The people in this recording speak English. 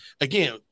again